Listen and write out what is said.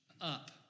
up